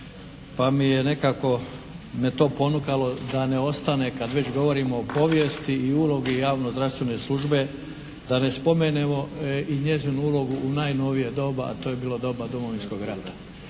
pa me je nekako to ponukalo da ne ostane kada već govorimo o povijesti i ulogi javnozdravstvene službe, da ne spomenemo i njezinu ulogu u najnovije doba, a to je bilo doba Domovinskog rata.